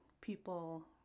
people